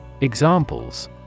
Examples